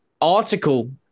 article